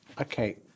Okay